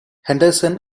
henderson